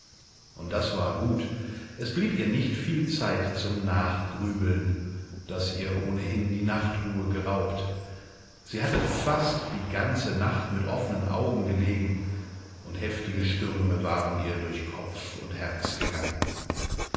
und das war gut es blieb ihr nicht viel zeit zum nachgrübeln das ihr ohnehin die nachtruhe geraubt sie hatte fast die ganze nacht mit offenen augen gelegen und heftige stürme waren ihr durch kopf und herz gegangen